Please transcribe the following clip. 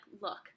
look